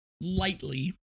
lightly